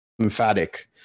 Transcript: emphatic